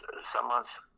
someone's